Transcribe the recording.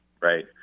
Right